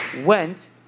went